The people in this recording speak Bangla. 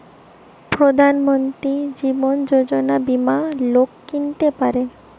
প্রধান মন্ত্রী জীবন যোজনা বীমা লোক কিনতে পারে